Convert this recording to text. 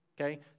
okay